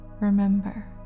remember